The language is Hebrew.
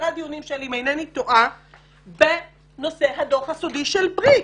עשרה דיונים אם אינני טועה בנושא הדוח הסודי של בריק.